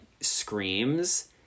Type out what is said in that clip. screams